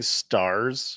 stars